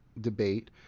debate